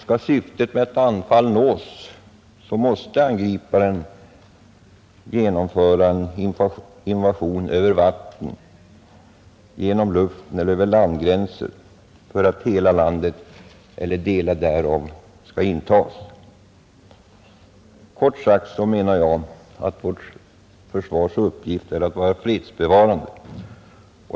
Skall syftet med ett anfall nås måste angriparen genomföra en invasion över vattnet, genom luften eller över landgränserna för att hela landet eller delar därav skall kunna intas. Kort sagt anser jag att vårt försvars uppgift är att vara fredsbevarande.